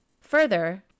Further